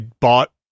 bought